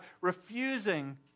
refusing